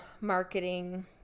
marketing